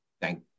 Thank